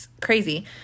crazy